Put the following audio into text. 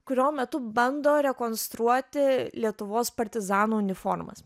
kurio metu bando rekonstruoti lietuvos partizanų uniformas